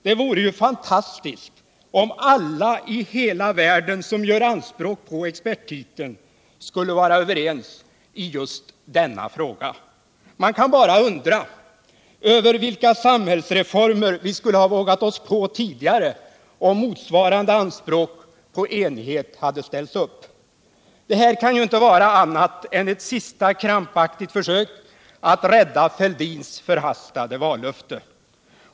Det vore ju fantastiskt om alla i hela världen som gör anspråk på experttiteln skulle vara överens i just denna fråga. Man kan bara undra över vilka samhällsreformer vi skulle ha vågat oss på tidigare om motsvarande anspråk på enighet hade ställts upp. Det här kan inte vara annat än ett sista försök att rädda herr Fälldins förhastade vallöfte.